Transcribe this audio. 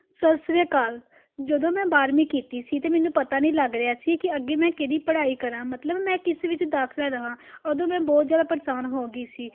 ਸਤਿ ਸ਼੍ਰੀ ਅਕਾਲ ਜਦੋਂ ਮੈਂ ਬਾਰਵੀਂ ਕੀਤੀ ਸੀ ਤਾਂ ਮੈਨੂੰ ਪਤਾ ਨਹੀਂ ਲੱਗ ਰਿਹਾ ਸੀ ਕਿ ਅੱਗੇ ਮੈਂ ਕਿਹੜੀ ਪੜ੍ਹਾਈ ਕਰਾਂ ਮਤਲਬ ਮੈਂ ਕਿਸ ਵਿੱਚ ਦਾਖਲਾ ਲਵਾਂ ਉਦੋਂ ਮੈਂ ਬਹੁਤ ਜ਼ਿਆਦਾ ਪਰੇਸ਼ਾਨ ਹੋ ਗਈ ਸੀ